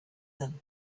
them